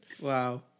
Wow